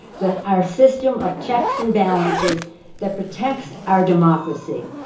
that our system of checks and balances that protects our democracy,